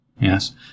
Yes